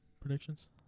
predictions